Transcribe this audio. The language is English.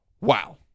Wow